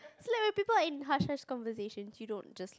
like when people are in hush hush conversation you don't just